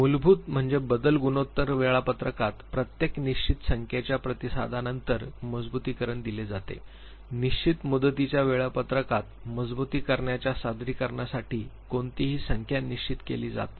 मूलभूत म्हणजे बदल गुणोत्तर वेळापत्रकात प्रत्येक निश्चित संख्येच्या प्रतिसादानंतर मजबुतीकरण दिले जाते निश्चित मुदतीच्या वेळापत्रकात मजबुतीकरणाच्या सादरीकरणासाठी कोणतीही संख्या निश्चित केली जात नाही